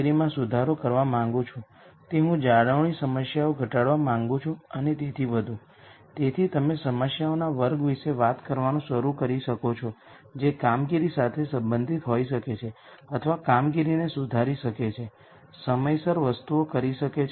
અને નોંધ લો કે આપણે Ax λ x સમીકરણ લખીએ છીએ જ્યારે પણ આ આઇગન વૅલ્યુઝ કોમ્પ્લેક્સ બને છે તો પછી આઇગન વેક્ટર પણ કોમ્પ્લેક્સ વેક્ટર છે